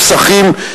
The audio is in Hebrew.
נתקבלה.